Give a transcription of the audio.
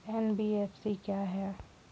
NBFC क्या है?